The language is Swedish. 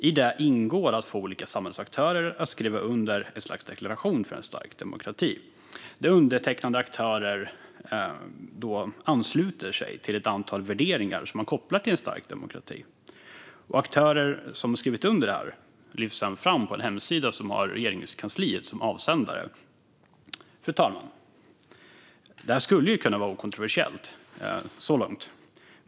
I detta ingår att få olika samhällsaktörer att skriva under ett slags deklaration för en stark demokrati, där undertecknande aktörer ansluter sig till ett antal värderingar som man kopplar till en stark demokrati. Aktörer som har skrivit under lyfts sedan fram på en hemsida som har Regeringskansliet som avsändare. Fru talman! Detta skulle kunna vara okontroversiellt så långt.